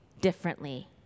differently